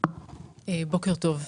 בבקשה.